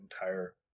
entire